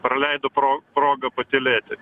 praleido pro progą patylėti